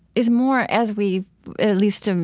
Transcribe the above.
is more as we at least um